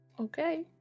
Okay